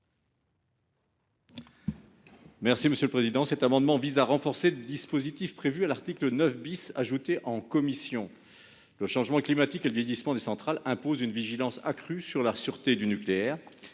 M. Daniel Salmon. Cet amendement vise à renforcer le dispositif prévu à l'article 9 ajouté en commission. Le changement climatique et le vieillissement des centrales imposent une vigilance accrue quant à la sûreté du nucléaire.